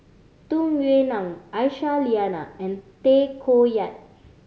Tung Yue Nang Aisyah Lyana and Tay Koh Yat